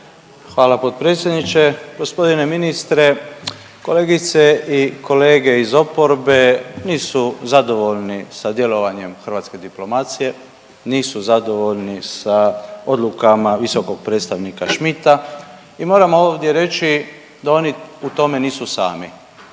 Hvala potpredsjedniče. Gospodine ministre, kolegice i kolege iz oporbe nisu zadovoljni sa djelovanjem hrvatske diplomacije, nisu zadovoljni sa odlukama visokog predstavnika Schmidta. I moram ovdje reći da oni u tome nisu sami.